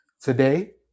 today